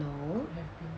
no